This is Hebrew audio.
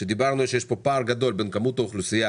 כשדיברנו שיש פה פער גדול בין כמות האוכלוסייה